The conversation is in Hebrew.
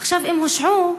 עכשיו, הם הושעו,